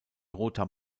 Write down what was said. roter